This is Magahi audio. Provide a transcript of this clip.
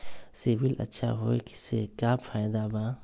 सिबिल अच्छा होऐ से का फायदा बा?